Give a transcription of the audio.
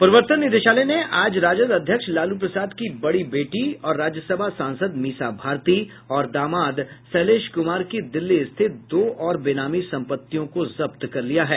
प्रवर्तन निदेशालय ने आज राजद अध्यक्ष लालू प्रसाद की बड़ी बेटी और राज्यसभा सांसद मीसा भारती और दामाद शैलेश कुमार की दिल्ली स्थित दो और बेनामी संपत्तियों को जब्त किया है